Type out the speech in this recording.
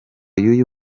y’uyu